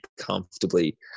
comfortably